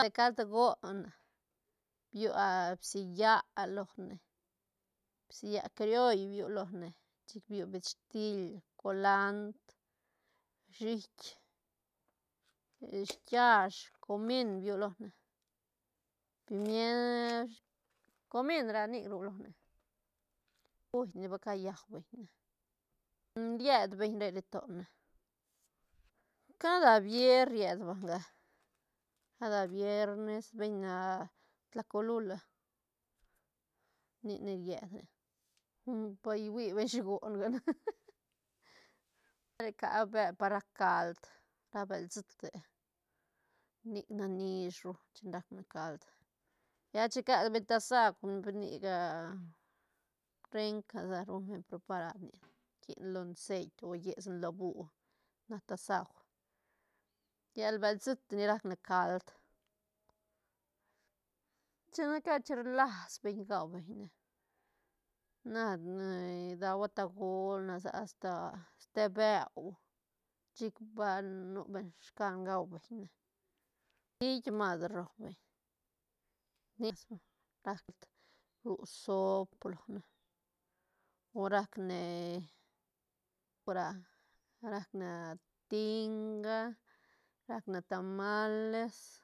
Cald goon biu bsia ñä lone bsia crioll biu lone chic biu bechtil colandr shiit shiit kiash comín biu lone comín ra nic biu lone, guine va callua beñ ne ried beñ re riet tone cada vier riet banga cada viernes beñ na tlacolula ni ne ried re pa huibeñ shi goon ga ne re rca bel bel par rac cald ra bel siite nic nac nishru chic rac ne cald lla chi cabeñ tasauj pe nic renca sa ruñ beñ preparar nic rie lo ceit o yesane lo bú nac tasauj lla bel siit nic rac ne cald china cat ni rlas beñ gau beñ ne na ni dadua tagol na sa a asta te beu chic ba nu beñ scan gau beñ ne hiit mas ru rau beñ ral ru soop lone o rac ne ora- orac ne tinga rac ne tamales